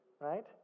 right